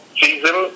season